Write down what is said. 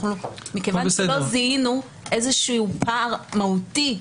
מכיוון שלא זיהינו איזה פער מהותי שעומד,